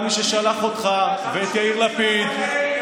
גם את מי ששלח אותך ואת יאיר לפיד לפה.